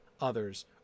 others